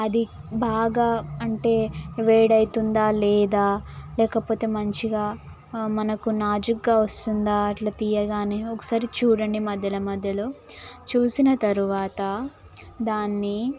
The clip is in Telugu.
అది బాగా అంటే వేడి అవుతుందా లేదా లేకపోతే మంచిగా మనకు నాజూగా వస్తుందా అట్లా తీయగానే ఒకసారి చూడండి మధ్యలో మధ్యలో చూసిన తర్వాత దాన్ని